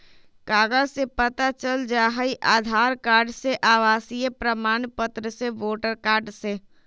कागज से पता चल जाहई, आधार कार्ड से, आवासीय प्रमाण पत्र से, वोटर कार्ड से?